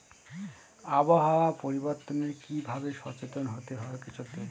আবহাওয়া পরিবর্তনের কি ভাবে সচেতন হতে হবে কৃষকদের?